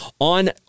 on